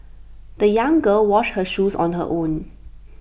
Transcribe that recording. the young girl washed her shoes on her own